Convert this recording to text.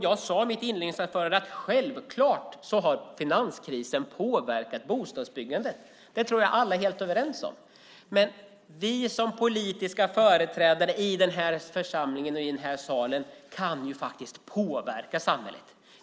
Jag sade i mitt inledningsanförande att finanskrisen självklart har påverkat bostadsbyggandet. Det tror jag att alla är helt överens om. Men vi som politiska företrädare i den här församlingen och i den här salen kan faktiskt påverka samhället.